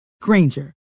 Granger